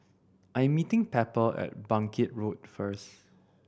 I am meeting Pepper at Bangkit Road first